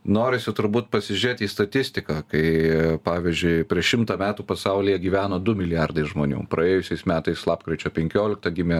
norisi turbūt pasižiūrėti į statistiką kai pavyzdžiui prieš šimtą metų pasaulyje gyveno du milijardai žmonių praėjusiais metais lapkričio penkioliktą gimė